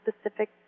specific